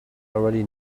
already